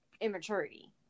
immaturity